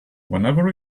whenever